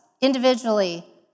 individually